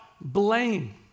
blame